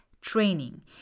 training